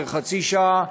פר חצי שעה,